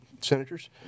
Senators